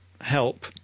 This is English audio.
help